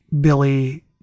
Billy